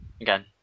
Again